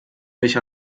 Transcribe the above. mich